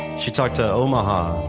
she talked to omaha,